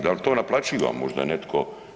Da li to naplačiva možda netko?